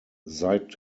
seit